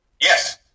Yes